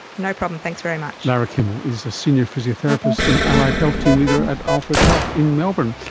no problem, thanks very much. lara kimmel is a senior physiotherapist and allied health team leader at alfred health in melbourne.